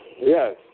Yes